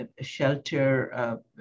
shelter